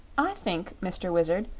i think, mr. wizard,